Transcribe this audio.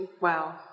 wow